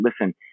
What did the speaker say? listen